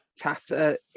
Tata